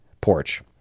porch